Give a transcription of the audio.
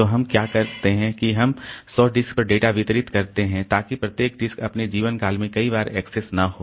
तो हम क्या करते हैं कि हम 100 डिस्क पर डेटा वितरित करते हैं ताकि प्रत्येक डिस्क अपने जीवनकाल में कई बार एक्सेस न हो